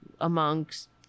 amongst